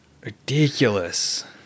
ridiculous